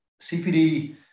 cpd